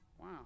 Wow